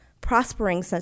prospering